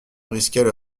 risquaient